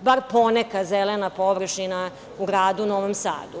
bar poneka zelena površina u gradu Novom Sadu.